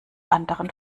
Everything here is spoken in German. anderen